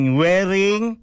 wearing